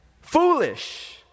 Foolish